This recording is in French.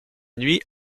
nuit